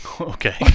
Okay